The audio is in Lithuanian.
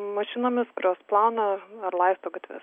mašinomis kurios plauna ar laisto gatves